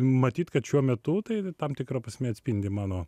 matyt kad šiuo metu tai tam tikra prasme atspindi mano